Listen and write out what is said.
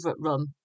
rum